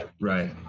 Right